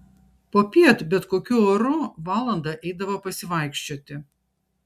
popiet bet kokiu oru valandą eidavo pasivaikščioti